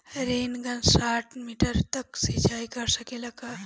Rain gun साठ metre तक सिचाई कर सकेला का?